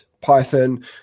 Python